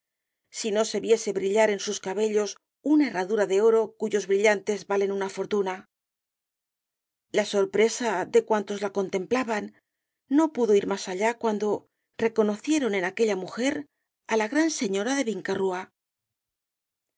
no se viese brillar en sus cabellos una herradura de oro cuyos brillantes valen una fortuna la sorpresa de cuantos la contemplaban no pudo ir más allá cuando reconocieron en aquella mujer á la gran señora de